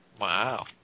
Wow